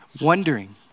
wondering